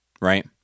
Right